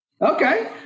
Okay